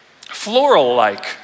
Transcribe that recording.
Floral-like